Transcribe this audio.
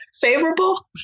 favorable